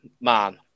Man